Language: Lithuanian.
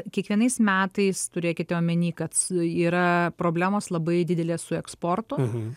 kiekvienais metais turėkite omeny kad yra problemos labai didelės su eksportu